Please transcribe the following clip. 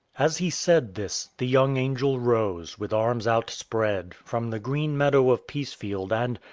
as he said this, the young angel rose, with arms outspread, from the green meadow of peacefield and,